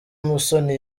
musoni